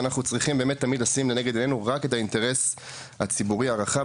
ואנחנו צריכים תמיד לשים לנגד עיננו רק את האינטרס הציבורי הרחב,